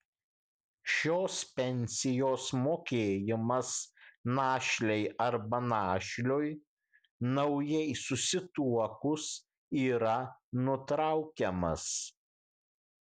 šios pensijos mokėjimas našlei arba našliui naujai susituokus yra nutraukiamas